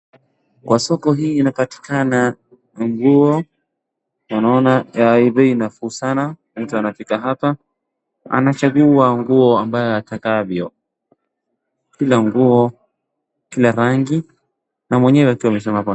Kwa soko hii inapatikana nguo, tunaona ya bei nafuu sana, mtu anafika hapa anachagua nguo ambayo atakavyo. Kila nguo, kila rangi, na mwenyewe akiwa amesimama hapo.